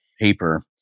paper